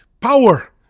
power